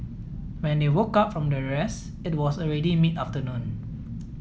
when they woke up from their rest it was already mid afternoon